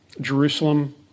Jerusalem